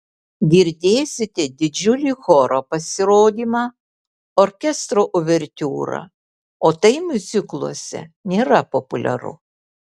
girdėsite didžiulį choro pasirodymą orkestro uvertiūrą o tai miuzikluose nėra populiaru